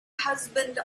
husband